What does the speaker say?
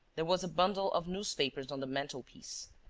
there was a bundle of newspapers on the mantel-piece.